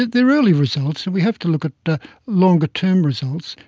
they are early results and we have to look at longer term results,